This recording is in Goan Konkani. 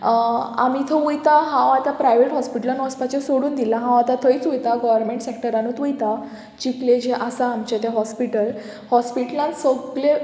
आमी थंय वयता हांव आतां प्रायवेट हॉस्पिटलान वचपाचें सोडून दिलां हांव आतां थंयच वयतां गोवोरमेंट सॅक्टरानूत वयता चिखलें जें आसा आमचें तें हॉस्पिटल हॉस्पिटलांत सगलें